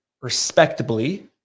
respectably